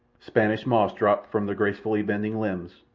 spanish moss dropped from the gracefully bending limbs,